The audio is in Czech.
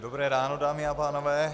Dobré ráno, dámy a pánové.